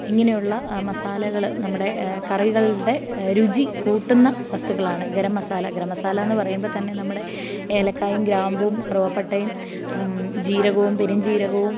ഇങ്ങനെയുള്ള മസാലകൾ നമ്മുടെ കറികളുടെ രുചി കൂട്ടുന്ന വസ്തുക്കളാണ് ഗരം മസാല ഗരംമസാലാന്ന് പറയുമ്പം തന്നെ നമ്മുടെ ഏലക്കായും ഗ്രാമ്പൂമ് കറുവാപ്പട്ടയും ജീരകോം പെരുംജീരകവും